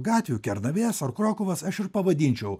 gatvių kernavės ar krokuvos aš ir pavadinčiau